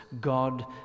God